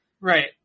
Right